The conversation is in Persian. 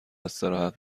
استراحت